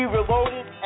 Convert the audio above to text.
Reloaded